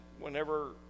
whenever